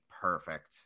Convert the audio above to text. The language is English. perfect